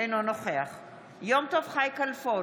אינו נוכח יום טוב חי כלפון,